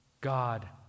God